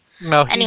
No